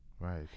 Right